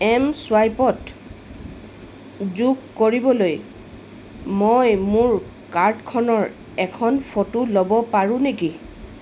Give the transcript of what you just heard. M চুৱাইপত যোগ কৰিবলৈ মই মোৰ কাৰ্ডখনৰ এখন ফটো ল'ব পাৰোঁ নেকি